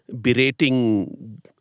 berating